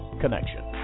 Connection